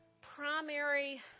primary